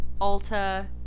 Ulta